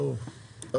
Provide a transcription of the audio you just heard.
ברור,